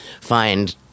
find